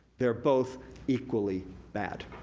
they're both equally bad.